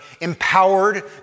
empowered